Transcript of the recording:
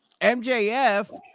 MJF